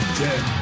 dead